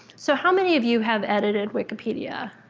so how many of you have edited wikipedia?